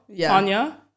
Tanya